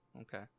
Okay